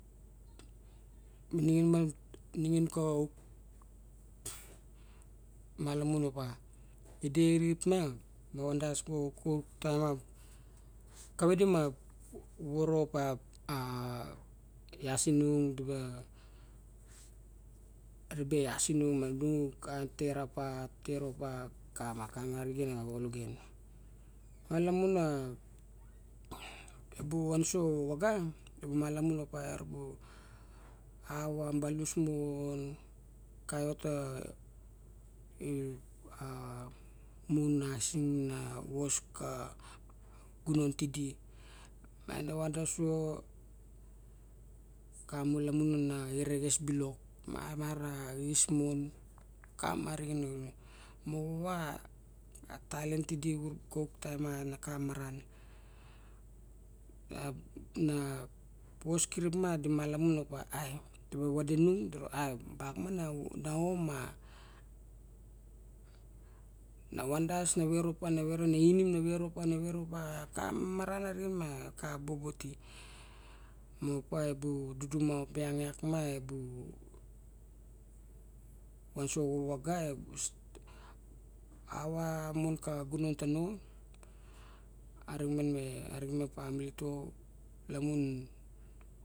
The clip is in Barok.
malamun opma i der xirip ma, vandas xauk taem ma kavae de ma vovoro opa a ias i nung dixa ribe a las inung ma kain teropa, teropa kama kama rixan ama ologen. Malamun ebu van so avagar bu malamun ra bu ava malus mon xaiot ta murasing na vos ka gunon tidi xa malamun na xerexes bilok ma mara xis mon kamari moxova a talien tidi kauk taem ma na xamaran. A vos kirip ma di malamun op a ai di- bu vade nung ai bak ma na om ma na vari das nave rop ma na vera inim na verop ma na verop ma lak xa maran origen xa bobo ti. Mopa ebu duduxuma op iang iak ma. Ebu van so xavu xavaga ava mon xa gunon tano arixen ma femili to.